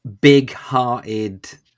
big-hearted